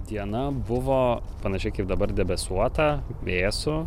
diena buvo panašiai kaip dabar debesuota vėsu